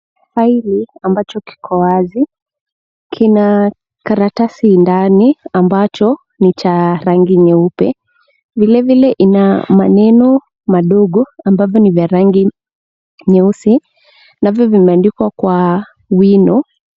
Faili ambacho kiko wazi kina karatasi ndani ambacho ni cha rangi nyeupe, Vile vile ina maneno madogo ambavyo ni vya rangi nyeusi navyo vimeandikwa kwa wino.